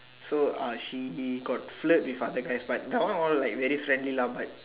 so uh she got flirt with other guys but that one all like very friendly lah but